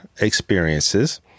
experiences